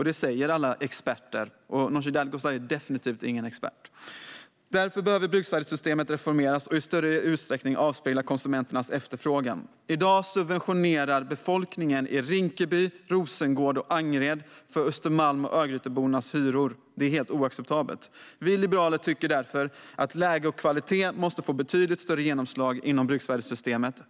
Det säger alla experter - Nooshi Dadgostar är definitivt ingen expert. Därför behöver bruksvärdessystemet reformeras och i större utsträckning avspegla konsumenternas efterfrågan. I dag subventionerar befolkningen i Rinkeby, Rosengård och Angered hyrorna för dem som bor på Östermalm och i Örgryte. Det är helt oacceptabelt. Vi liberaler tycker därför att läge och kvalitet måste få betydligt större genomslag inom bruksvärdessystemet.